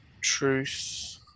Truth